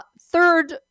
Third